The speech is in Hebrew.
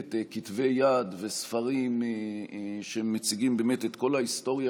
כתבי יד וספרים שמציגים את כל ההיסטוריה